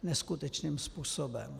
Neskutečným způsobem.